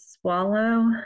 swallow